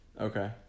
Okay